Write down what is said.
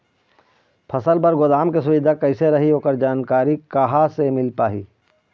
फसल बर गोदाम के सुविधा कैसे रही ओकर जानकारी कहा से मिल पाही?